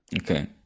Okay